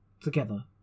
Together